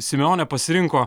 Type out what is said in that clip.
simeonė pasirinko